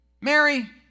Mary